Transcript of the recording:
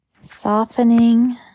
softening